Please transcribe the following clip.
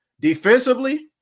Defensively